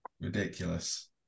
ridiculous